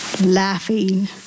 laughing